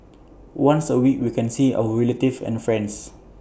once A week we can see our relatives and friends